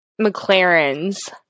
McLaren's